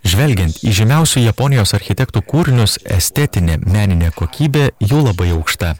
žvelgiant į žymiausių japonijos architektų kūrinius estetinė meninė kokybė jų labai aukšta